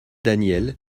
daniel